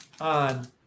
on